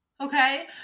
okay